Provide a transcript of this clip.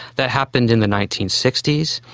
that happened in the nineteen sixty s,